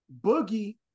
Boogie